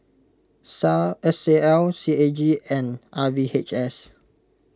Sal S A L C A G and R V H S